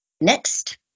Next